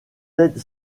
ted